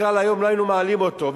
בכלל היום לא היינו מעלים אותו.